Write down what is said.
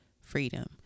freedom